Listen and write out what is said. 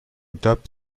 top